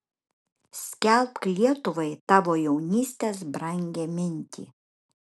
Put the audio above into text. skelbk lietuvai tavo jaunystės brangią mintį